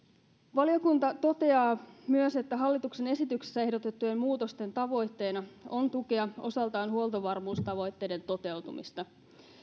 valiokunta toteaa myös että hallituksen esityksessä ehdotettujen muutosten tavoitteena on tukea osaltaan huoltovarmuustavoitteiden toteutumista